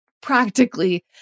practically